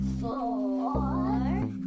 four